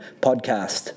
podcast